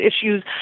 issues